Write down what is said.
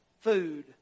food